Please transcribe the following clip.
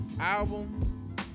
album